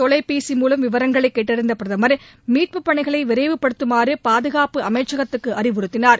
தொலைபேசி மூலம் விவரங்களை கேட்டறிந்த பிரதம் மீட்பு பணிகளை விரைவுபடுத்துமாறு பாதுகாப்பு அமைச்சகத்துக்கு அறிவுறுத்தினார்